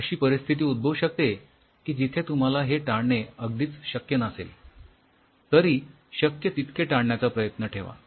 अशी परिस्थिती उद्भवू शकते की जिथे तुम्हाला हे टाळणे अगदी शक्यच नसेल तरी शक्य तितके टाळण्याचा प्रयत्न ठेवा